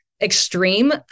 extreme